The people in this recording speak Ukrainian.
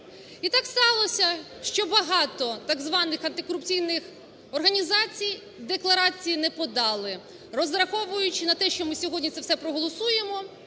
І так сталося, що багато так званих антикорупційних організацій декларації не подали, розраховуючи на те, що ми сьогодні це все проголосуємо